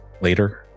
later